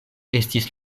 estis